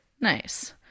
nice